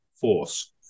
force